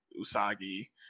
Usagi